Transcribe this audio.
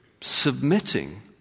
submitting